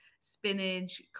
spinach